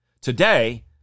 Today